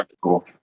Cool